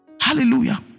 Hallelujah